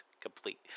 complete